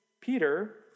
Peter